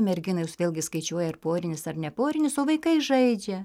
merginos vėlgi skaičiuoja ar porinis ar neporinis o vaikai žaidžia